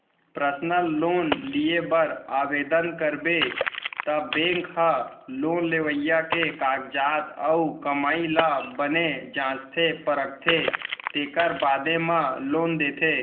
personal loan लिये बर ओवदन करबे त बेंक ह लोन लेवइया के कागजात अउ कमाई ल बने जांचथे परखथे तेकर बादे म लोन देथे